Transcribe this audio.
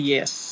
Yes